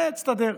תסתדר.